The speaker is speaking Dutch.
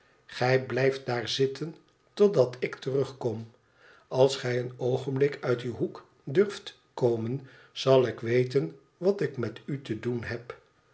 gij blijft daar zitten totdat ik terugkom als gij een oogenblik uit uw hoek durft komen zal ik weten wat ik met u te doen heb